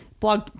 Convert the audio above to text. Blog